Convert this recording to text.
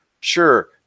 Sure